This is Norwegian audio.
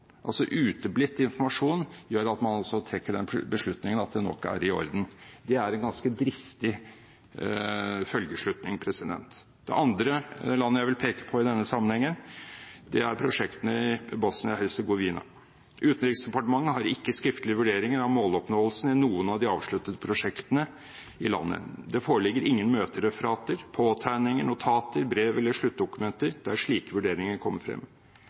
altså gjør uteblitt informasjon at man trekker den slutningen at det nok er i orden. Det er en ganske dristig følgeslutning. Det andre jeg vil peke på i denne sammenhengen, er prosjektene i Bosnia-Hercegovina. Utenriksdepartementet har ikke skriftlige vurderinger av måloppnåelsen i noen av de avsluttede prosjektene i landet. Det foreligger ingen møtereferater, påtegninger, notater, brev eller sluttdokumenter der slike vurderinger kommer frem.